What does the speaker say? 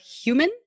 human